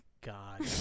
God